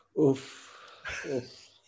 Oof